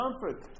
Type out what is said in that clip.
comfort